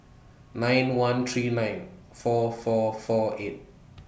nine one three nine four four four eight